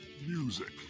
music